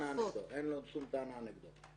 אין לנו שום טענה נגדו.